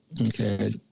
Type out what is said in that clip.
okay